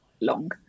long